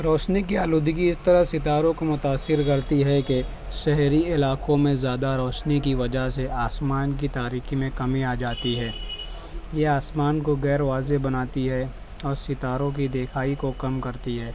روشنی کی آلودگی اس طرح ستاروں کو متأثر کرتی ہے کہ شہری علاقوں میں زیادہ روشنی کی وجہ سے آسمان کی تاریکی میں کمی آ جاتی ہے یہ آسمان کو غیر واضح بناتی ہے اور ستاروں کی دیکھائی کو کم کرتی ہے